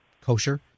kosher